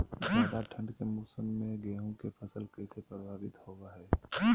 ज्यादा ठंड के मौसम में गेहूं के फसल कैसे प्रभावित होबो हय?